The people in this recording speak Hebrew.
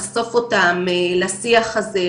לחשוף אותם לשיח הזה,